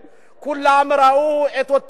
כולם ראו את הפריימריס שלהם,